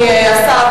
אדוני השר,